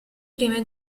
prime